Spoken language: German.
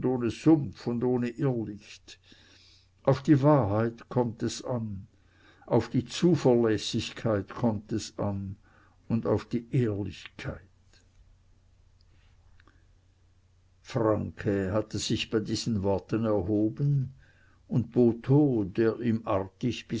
und ohne irrlicht auf die wahrheit kommt es an und auf die zuverlässigkeit kommt es an und auf die ehrlichkeit franke hatte sich bei diesen worten erhoben und botho der ihm artig